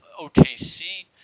OKC